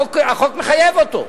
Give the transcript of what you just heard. החוק מחייב אותו.